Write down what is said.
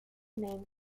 name